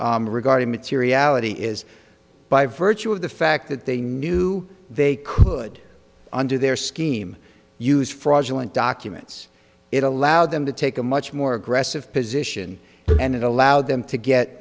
regarding materiality is by virtue of the fact that they knew they could under their scheme use fraudulent documents it allowed them to take a much more aggressive position and it allowed them to get